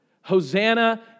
Hosanna